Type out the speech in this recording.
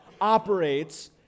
operates